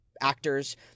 actors